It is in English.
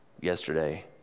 Yesterday